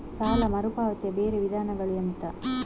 ಸಾಲ ಮರುಪಾವತಿಯ ಬೇರೆ ವಿಧಾನಗಳು ಎಂತ?